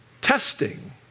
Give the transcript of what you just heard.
testing